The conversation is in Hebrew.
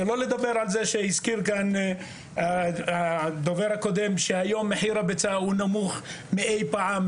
שלא נדבר על זה שהזכיר כאן הדובר הקודם שהיום מחיר הביצה נמוך מאי פעם,